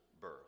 birth